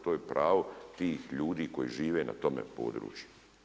To je pravo tih ljudi koji žive na tome području.